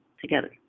together